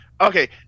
Okay